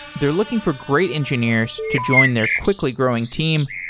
they're looking for great engineers to join their quickly growing team.